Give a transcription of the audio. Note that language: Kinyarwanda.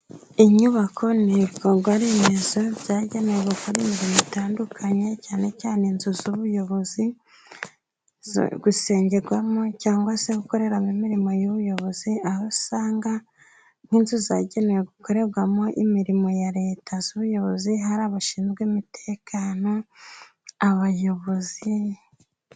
Inyubako ni ibikorwaremezo byagenewe gukorawamo ibintu bitandukanye. Cyane cyane inzu z'ubuyobozi, zo gusengerwamo cyangwa se gukoreramo imirimo y'ubuyobozi. Aho usanga nk'inzu zagenewe gukorerwamo imirimo ya leta z'ubuyobozi ,hari abashinzwe umutekano n'abayobozi.